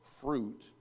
fruit